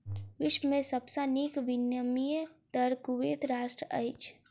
विश्व में सब सॅ नीक विनिमय दर कुवैत राष्ट्रक अछि